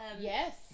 Yes